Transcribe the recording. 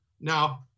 Now